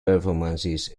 performances